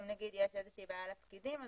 אם יש איזושהי בעיה לפקידים,